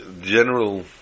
general